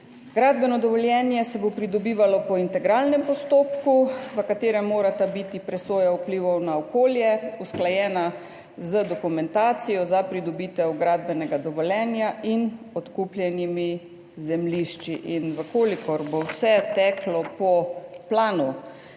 Gradbeno dovoljenje se bo pridobivalo po integralnem postopku, v katerem mora biti presoja vplivov na okolje usklajena z dokumentacijo za pridobitev gradbenega dovoljenja in odkupljenimi zemljišči. Če bo vse teklo po planu